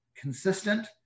consistent